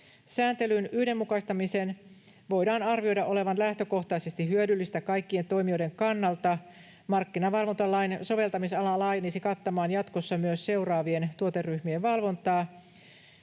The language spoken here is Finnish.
Sääntelyn yhdenmukaistamisen voidaan arvioida olevan lähtökohtaisesti hyödyllistä kaikkien toimijoiden kannalta. Markkinavalvontalain soveltamisala laajenisi kattamaan jatkossa myös seuraavien tuoteryhmien valvontaa: